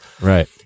Right